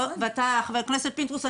חבר הכנסת פינדרוס,